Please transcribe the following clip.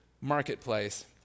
marketplace